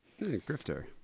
grifter